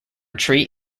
tree